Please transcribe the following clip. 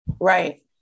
Right